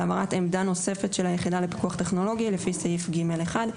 העברת עמדה נוספת של היחידה לפיקוח טכנולוגי לפי סעיף (ג)(1)".